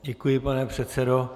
Děkuji, pane předsedo.